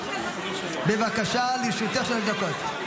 בבקשה, לרשותך שלוש דקות.